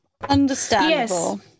Understandable